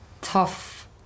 tough